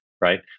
Right